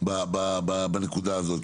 בנקודה הזאת.